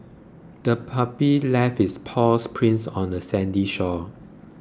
the puppy left its paw prints on the sandy shore